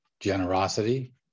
Generosity